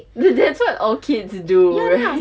they they thought okay to do right